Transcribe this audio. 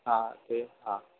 હા એ હા